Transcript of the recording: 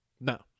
No